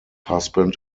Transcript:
husband